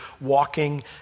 walking